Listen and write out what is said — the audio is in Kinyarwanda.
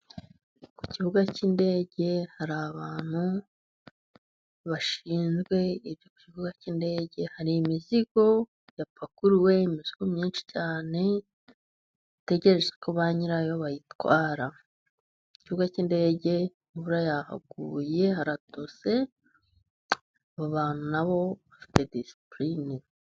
Ku kibuga cy'indege hari abantu bashinzwe icyo kibuga cy'indege. Hari imizigo yapakuruwe imizigo myinshi cyane itegereje ko ba nyirayo bayitwara. Ku kibuga cy'indege imvura yaguye, haratose. Aba bantu na bo bafite disipulini.